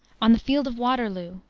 on the field of waterloo,